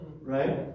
right